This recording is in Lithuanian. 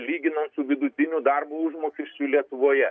lyginant su vidutiniu darbo užmokesčiu lietuvoje